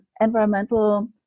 environmental